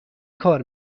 کار